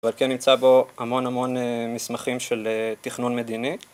אבל כן נמצא בו המון המון מסמכים של תכנון מדיני.